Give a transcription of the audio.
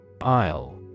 Isle